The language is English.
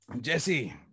Jesse